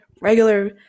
regular